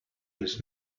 les